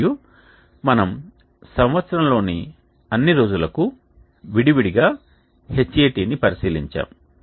మరియు మనము సంవత్సరంలోని అన్ని రోజులకు విడి విడి గా Hat ని పరిశీలించాము